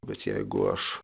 bet jeigu aš